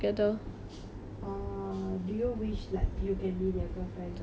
err do you wish like you can be their girlfriends sometimes